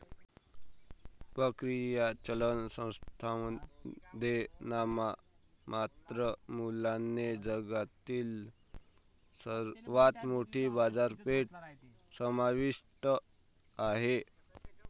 परकीय चलन स्थळांमध्ये नाममात्र मूल्याने जगातील सर्वात मोठी बाजारपेठ समाविष्ट आहे